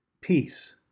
Peace